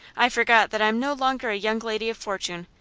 i forgot that i am no longer a young lady of fortune,